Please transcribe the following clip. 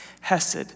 Hesed